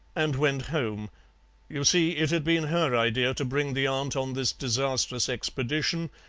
and went home you see, it had been her idea to bring the aunt on this disastrous expedition,